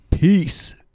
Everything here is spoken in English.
Peace